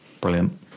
Brilliant